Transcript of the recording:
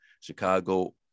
chicago